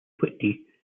whitney